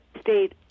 state